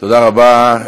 תודה רבה.